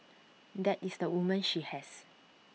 that is the woman she has